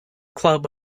club